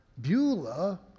Beulah